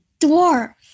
dwarf